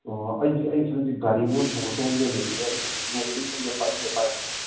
ꯑꯣ ꯑꯩꯗꯤ ꯑꯩ ꯈꯜꯂꯤꯁꯦ ꯒꯥꯔꯤꯒꯨꯝꯕ ꯇꯣꯡꯂ ꯇꯣꯡꯂ ꯌꯦꯡꯅꯤꯡꯉꯦ ꯄꯥꯏꯕꯁꯦ